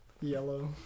Yellow